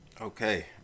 Okay